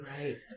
right